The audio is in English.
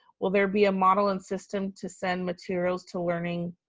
will there be a model and system to send materials to learning,